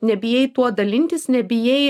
nebijai tuo dalintis nebijai